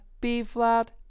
B-flat